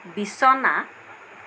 বিচনা